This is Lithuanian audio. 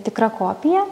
tikra kopija